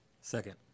Second